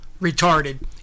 retarded